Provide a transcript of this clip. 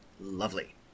Lovely